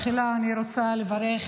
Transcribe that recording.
תחילה אני רוצה לברך,